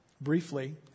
briefly